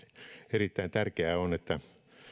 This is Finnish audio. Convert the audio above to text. erittäin tärkeää on että